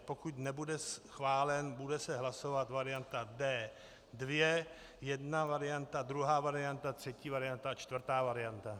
Pokud nebude schválen, bude se hlasovat varianta D2, jedna varianta, druhá varianta, třetí varianta, čtvrtá varianta.